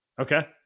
Okay